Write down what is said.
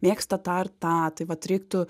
mėgsta tą ir tą tai vat reiktų